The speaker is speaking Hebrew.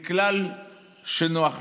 מכלל שנוח להם.